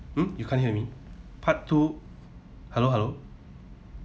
hmm you can't hear me part two hello hello